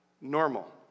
normal